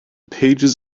pages